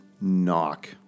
knock